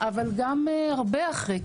אבל גם הרבה אחרי.